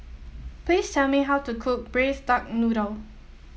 please tell me how to cook Braised Duck Noodle